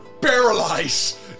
Paralyze